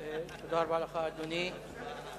תודה רבה לך, אדוני.